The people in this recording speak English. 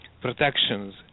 protections